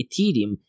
ethereum